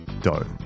dough